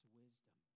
wisdom